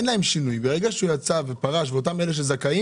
אין להם שינוים כי ברגע שהוא פרש והוא זכאי,